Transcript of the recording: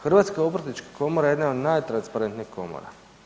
Hrvatska obrtnička komora jedna je od najtransparentnijih komora.